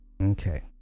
Okay